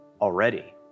already